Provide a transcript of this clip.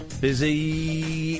Busy